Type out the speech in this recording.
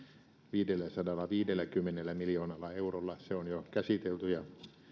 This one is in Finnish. viidelläsadallaviidelläkymmenellä miljoonalla eurolla se on jo käsitelty ja